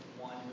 One